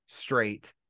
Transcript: straight